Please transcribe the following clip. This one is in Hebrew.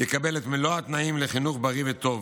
יקבל את מלוא התנאים לחינוך בריא וטוב,